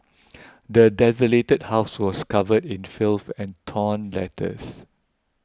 the desolated house was covered in filth and torn letters